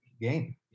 game